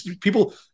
people